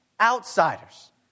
outsiders